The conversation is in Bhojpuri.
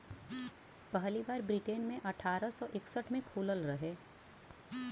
पहली बार ब्रिटेन मे अठारह सौ इकसठ मे खुलल रहे